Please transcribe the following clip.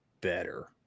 better